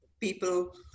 people